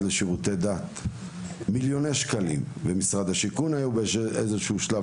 לשירותי דת ועם משרד השיכון באיזה שהוא שלב,